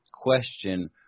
question